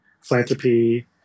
philanthropy